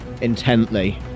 intently